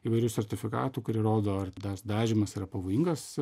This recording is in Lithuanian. įvairių sertifikatų kurie rodo ar tas dažymas yra pavojingas